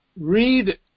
read